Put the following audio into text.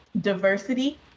diversity